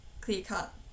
clear-cut